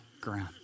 ground